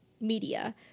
media